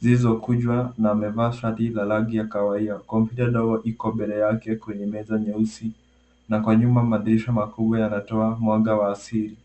zilizokunjwa na amevaa shati la rangi ya kahawia. Kompyuta ndogo iko mbele yake ikiwa kwenye meza nyeusi na kwa nyuma madirisha makubwa yanaroa mwanga wa asili.